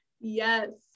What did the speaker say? Yes